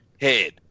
head